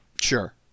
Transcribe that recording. Sure